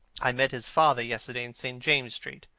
i met his father yesterday in st. james's street.